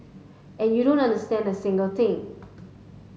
and you don't understand a single thing